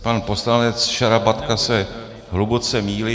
Pan poslanec Šarapatka se hluboce mýlí.